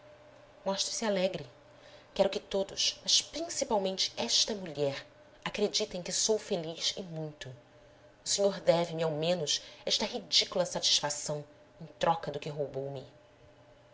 mostre se alegre quero que todos mas principalmente esta mulher acreditem que sou feliz e muito o senhor deve me ao menos esta ridícula satisfação em troca do que roubou me